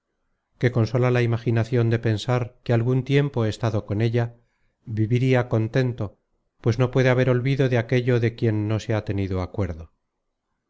que con sola la imaginacion de pensar que algun tiempo he estado con ella viviria contento pues no puede haber olvido de aquello de quien no se ha tenido acuerdo